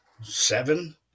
seven